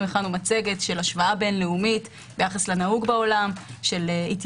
אנחנו הכנו מצגת של השוואה בין-לאומית ביחס לנהוג בעולם של הוצאה